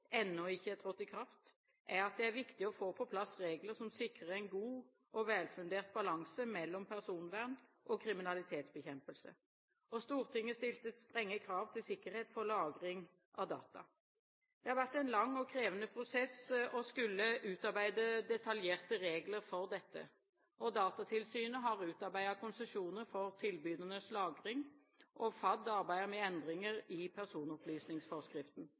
ennå ikke er trådt i kraft, er at det er viktig å få på plass regler som sikrer en god og velfundert balanse mellom personvern og kriminalitetsbekjempelse. Stortinget stilte strenge krav til sikkerhet for lagring av data. Det har vært en lang og krevende prosess å skulle utarbeide detaljerte regler for dette. Datatilsynet har utarbeidet konsesjoner for tilbydernes lagring, og FAD arbeider med endringer i personopplysningsforskriften.